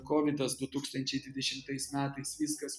kovidas du tūkstančiai dvidešimtais metais viskas